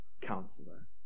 counselor